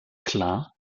klar